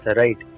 right